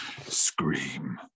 scream